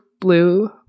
blue